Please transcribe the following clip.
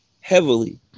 Heavily